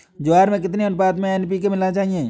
ज्वार में कितनी अनुपात में एन.पी.के मिलाना चाहिए?